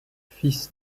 fils